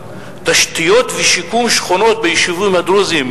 33%; תשתיות ושיקום שכונות ביישובים הדרוזיים,